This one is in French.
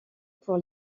pour